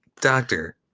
Doctor